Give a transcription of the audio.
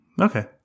Okay